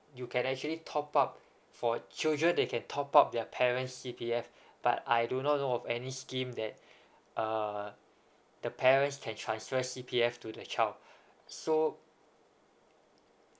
you can actually top up for children they can top up their parents' C_P_F but I do not know of any scheme that uh the parents can transfer C_P_F to their child so